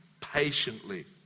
patiently